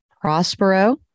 Prospero